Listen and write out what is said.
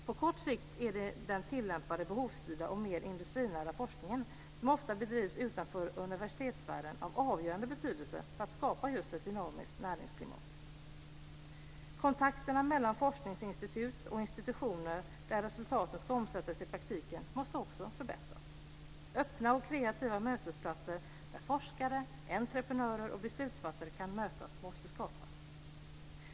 På kort sikt är den tillämpade behovsstyrda och mer industrinära forskningen, som ofta bedrivs utanför universitetsvärlden, av avgörande betydelse just för att skapa ett dynamiskt näringsklimat. Kontakterna mellan forskningsinstitut och institutioner, där resultatet ska omsättas i praktiken, måste också förbättras. Öppna och kreativa mötesplatser, där forskare, entreprenörer och beslutsfattare kan mötas, måste skapas.